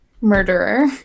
murderer